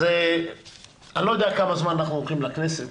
אז אני לא יודע כמה זמן אנחנו הולכים לכנסת,